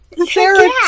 sarah